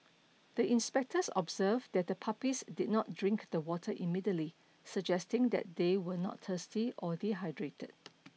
the inspectors observed that the puppies did not drink the water immediately suggesting that they were not thirsty or dehydrated